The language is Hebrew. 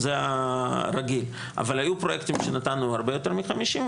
אבל היו פרוייקטים שנתנו הרבה יותר מחמישים,